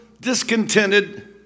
discontented